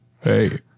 Hey